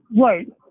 Right